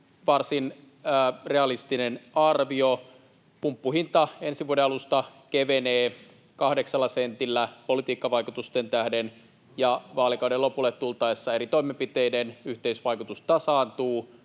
varsin realistinen arvio: pumppuhinta kevenee ensi vuoden alusta kahdeksalla sentillä politiikkavaikutusten tähden. Vaalikauden lopulle tultaessa eri toimenpiteiden yhteisvaikutus tasaantuu.